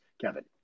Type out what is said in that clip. Kevin